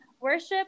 worship